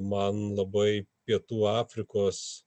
man labai pietų afrikos